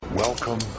Welcome